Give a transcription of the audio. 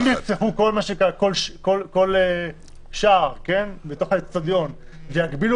אם יפתחו כל שער בתוך האצטדיון ויגבילו